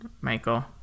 Michael